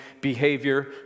behavior